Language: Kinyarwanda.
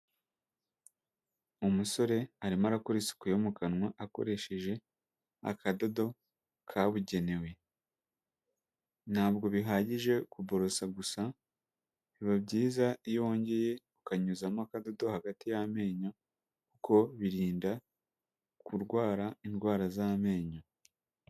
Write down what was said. Umusore arimo arakora isuku yo mu kanwa akoresheje akadodo kabugenewe, ntabwo bihagije kuborosa gusa, biba byiza iyo wongeye ukanyuzamo akado hagati y'amenyo kuko birinda kurwara indwara z'amenyo.